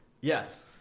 Yes